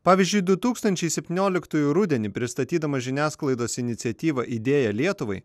pavyzdžiui du tūkstančiai septynioliktųjų rudenį pristatydamas žiniasklaidos iniciatyvą idėja lietuvai